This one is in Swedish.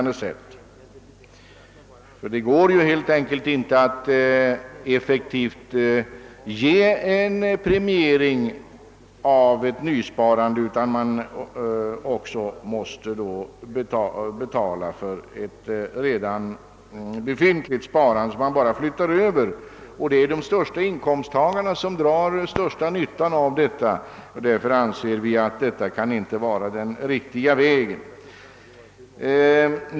Det går helt enkelt inte att effektivt premiera ett nysparande utan att också betala för ett redan befintligt sparande, som bara flyttas över. Det är de största inkomsttagarna som drar den största nyttan av en sådan ordning. Därför anser vi att detta inte kan vara den riktiga vägen.